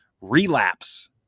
Relapse